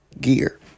gear